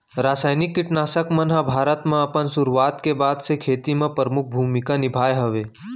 रासायनिक किट नाशक मन हा भारत मा अपन सुरुवात के बाद से खेती मा परमुख भूमिका निभाए हवे